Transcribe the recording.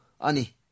Ani